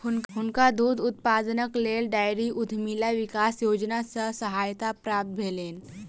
हुनका दूध उत्पादनक लेल डेयरी उद्यमिता विकास योजना सॅ सहायता प्राप्त भेलैन